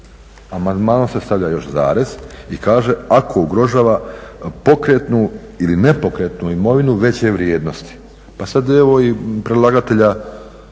Amandmanom se stavlja još zarez i kaže ako ugrožava pokretnu ili nepokretnu imovinu veće vrijednosti. Pa sad evo i predlagatelja